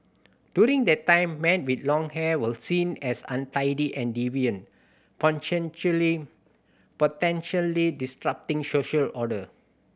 during that time men with long hair were seen as untidy and deviant potentially disrupting social order